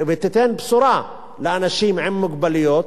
ותיתן בשורה לאנשים עם מוגבלויות,